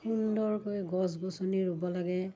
সুন্দৰকৈ গছ গছনি ৰুব লাগে